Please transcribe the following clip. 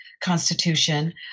constitution